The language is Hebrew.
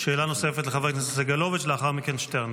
שאלה נוספת לחבר הכנסת סגלוביץ', ולאחר מכן, שטרן.